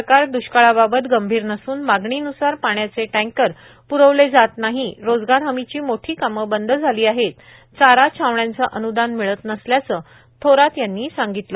सरकार दुष्काळाबाबत गंभीर नसून मागणीनुसार पाण्याचे टँकर पुरवलं जात नाही रोजगार हमीची मोठी कामं बंद झाली आहेत चारा छावण्यांचं अनुदान मिळत नसल्याचं थोरात यांनी सांगितलं